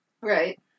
Right